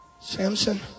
Samson